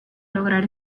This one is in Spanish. lograr